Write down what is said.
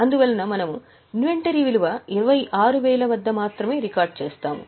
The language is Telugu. అందువలన మనము ఇన్వెంటరీ విలువ 26000 వద్ద మాత్రమే రికార్డ్ చేస్తాము